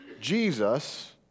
Jesus